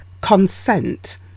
consent